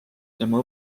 tema